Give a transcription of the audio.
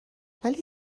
ولی